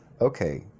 Okay